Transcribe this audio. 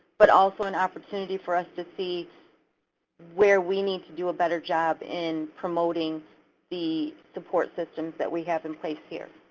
but also an opportunity for us to see where we need to do a better job in promoting the support systems that we have in place here.